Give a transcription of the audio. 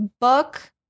book